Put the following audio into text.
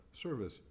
service